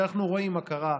שאנחנו רואים מה קרה,